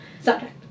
subject